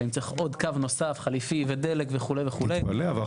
אני צריך עוד קו נוסף חליפי ודלק וכולי וכולי.